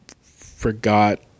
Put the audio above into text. forgot